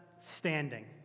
standing